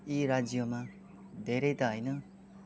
यी राज्यमा धेरै त होइन